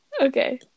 okay